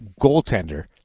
goaltender